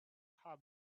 hub